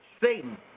Satan